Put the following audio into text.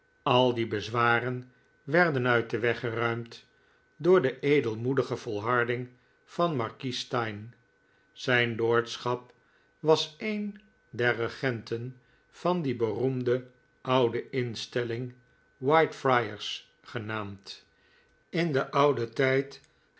al die bezwaren werden uit den weg geruimd door de edelmoedige volharding van markies steyne zijn lordschap was een der regenten van die beroemde oude instelling whitefriars genaamd in den ouden tijd